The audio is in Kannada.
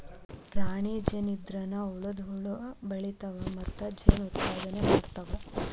ರಾಣಿ ಜೇನ ಇದ್ರನ ಉಳದ ಹುಳು ಬೆಳಿತಾವ ಮತ್ತ ಜೇನ ಉತ್ಪಾದನೆ ಮಾಡ್ತಾವ